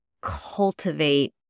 cultivate